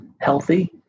healthy